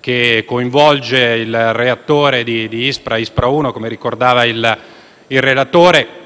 che coinvolge il reattore di Ispra 1, come ricordava il relatore.